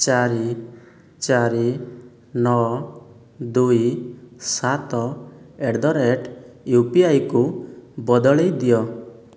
ଚାରି ଚାରି ନଅ ଦୁଇ ସାତ ଆଟ୍ ଦ ରେଟ୍ ୟୁପିଆଇକୁ ବଦଳେଇ ଦିଅ